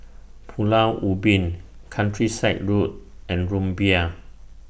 Pulau Ubin Countryside Road and Rumbia